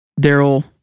Daryl